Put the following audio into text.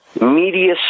media